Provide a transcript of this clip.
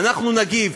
אנחנו נגיב,